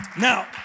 Now